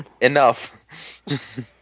Enough